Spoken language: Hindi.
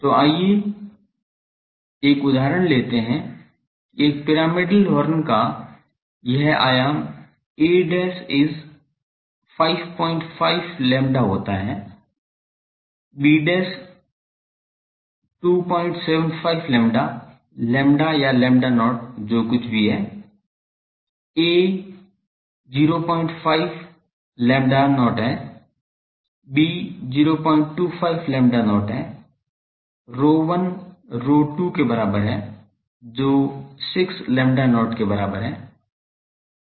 तो आइए एक उदाहरण लेते हैं कि एक पिरामिडल हॉर्न का यह आयाम a is 55 lambda होता है b 275 lambda lambda या lambda not जो कुछ भी है a 05 lambda 0 है b 025 lambda not है ρ1 ρ2 के बराबर है जो 6 lambda not के बराबर है